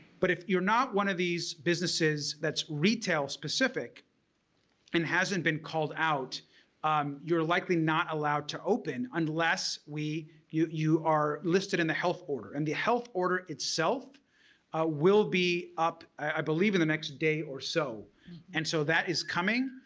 but if you're not one of these businesses that's retail specific and hasn't been called out um you're likely not allowed to open unless you you are listed in the health order and the health order itself will be up i believe in the next day or so and so that is coming.